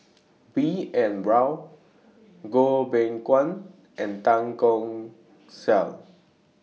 B N Rao Goh Beng Kwan and Tan Keong Saik